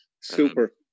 Super